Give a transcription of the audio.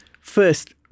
first